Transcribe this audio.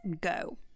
go